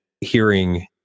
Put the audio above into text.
hearing